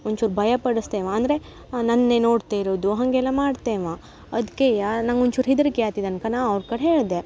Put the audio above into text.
ಒಂಚೂರು ಭಯ ಪಡಿಸ್ತ ಇವ ಅಂದರೆ ನನ್ನನ್ನೇ ನೋಡ್ತ ಇರೋದು ಹಾಗೆಲ್ಲ ಮಾಡ್ತೆ ಇವ ಅದ್ಕೆ ನಂಗೆ ಒಂಚೂರು ಹೆದರಿಕೆ ಆಗ್ತಿತ್ ಅನ್ಕ ನಾ ಅವ್ರ ಕಡೆ ಹೇಳಿದೆ